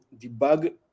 debug